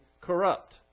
corrupt